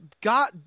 God